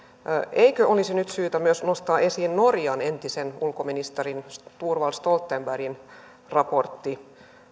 eikö olisi nyt syytä myös nostaa esiin norjan entisen ulkoministerin thorvald stoltenbergin raportti